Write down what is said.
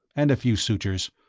and a few sutures.